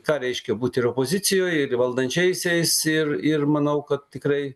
ką reiškia būt ir opozicijoj ir valdančiaisiais ir ir manau kad tikrai